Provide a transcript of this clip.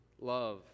love